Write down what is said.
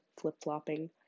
flip-flopping